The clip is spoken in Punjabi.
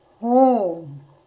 ਹੋ